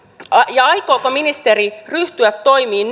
ja aikooko ministeri ryhtyä toimiin